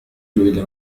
إلى